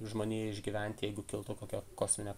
žmonijai išgyvent jeigu kiltų kokia kosminė